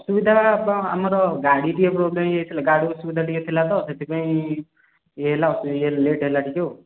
ଅସୁବିଧା ଆମର ଗାଡ଼ି ଟିକେ ପ୍ରୋବ୍ଲେମ୍ ହେଇଯାଇଥିଲା ଗାଡ଼ି ଅସୁବିଧା ଟିକେ ଥିଲା ତ ସେଥିପାଇଁ ୟେ ହେଲା ଲେଟ୍ ହେଲା ଟିକେ ଆଉ